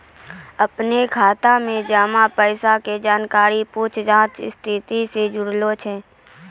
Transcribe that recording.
अपनो खाता मे जमा पैसा के जानकारी पूछताछ जांच स्थिति से जुड़लो छै